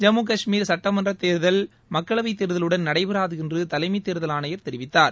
ஜம்மு கஷ்மீர் சட்டமன்ற தேர்தல் மக்களவை தேர்தலுடன் நடைபெறாது என்று தலைமை தேர்தல் ஆணையர் தெரிவித்தார்